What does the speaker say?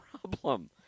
problem